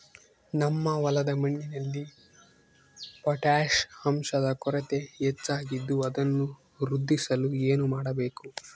ನಮ್ಮ ಹೊಲದ ಮಣ್ಣಿನಲ್ಲಿ ಪೊಟ್ಯಾಷ್ ಅಂಶದ ಕೊರತೆ ಹೆಚ್ಚಾಗಿದ್ದು ಅದನ್ನು ವೃದ್ಧಿಸಲು ಏನು ಮಾಡಬೇಕು?